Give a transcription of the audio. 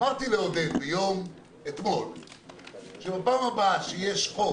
אמרתי לעודד פורר אתמול שבפעם הבאה שיש חוק